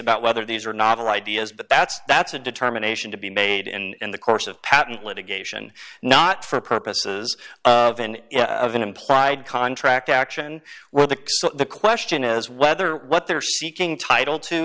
about whether these are novel ideas but that's that's a determination to be made in the course of patent litigation not for purposes of an of an implied contract action where the the question is whether what they're seeking title to